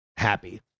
happy